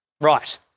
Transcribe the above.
right